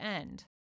end